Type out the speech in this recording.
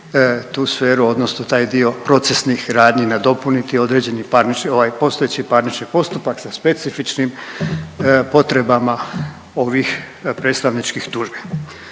tu sferu odnosno taj dio procesnih radnji i nadopuniti određeni parnični ovaj postojeći parnični postupak sa specifičnim potrebama ovih predstavničkih tužbi.